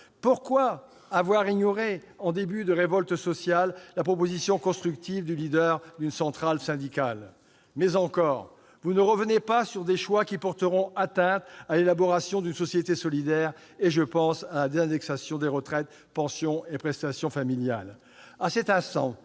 Pourquoi avoir ignoré, en début de révolte sociale, la proposition constructive du leader d'une centrale syndicale ? En outre, vous ne revenez pas sur certains choix qui porteront atteinte à l'élaboration d'une société solidaire ; je pense en particulier à la désindexation des retraites, pensions et prestations familiales.